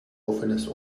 offenes